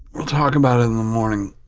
we'll talk about it in the morning.